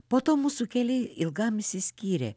po to mūsų keliai ilgam išsiskyrė